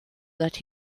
that